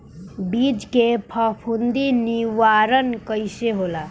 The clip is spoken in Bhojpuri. बीज के फफूंदी निवारण कईसे होला?